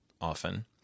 often